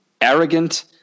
arrogant